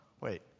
Wait